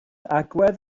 agwedd